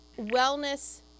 wellness